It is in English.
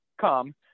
come